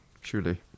surely